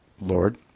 Lord